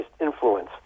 influence